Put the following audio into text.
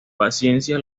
paciencia